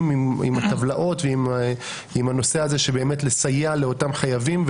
עם הטבלאות ועם הנושא הזה של לסייע לאותם חייבים.